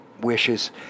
wishes